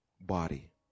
body